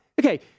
Okay